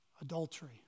adultery